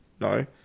No